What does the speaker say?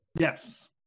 Yes